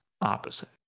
opposite